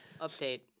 Update